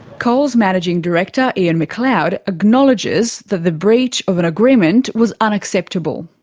coles' managing director ian mcleod acknowledges that the breach of an agreement was unacceptable.